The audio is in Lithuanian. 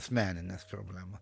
asmenines problemą